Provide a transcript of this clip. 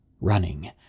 running